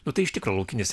nu tai iš tikro laukinis